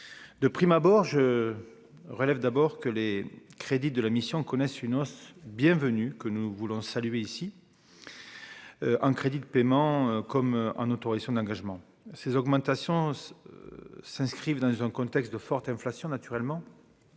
de prime abord, je relève d'abord que les crédits de la mission connaissent une hausse bienvenue que nous voulons saluer ici en crédits de paiement comme en autorisations d'engagement ces augmentations s'inscrivent dans un contexte de forte inflation, naturellement,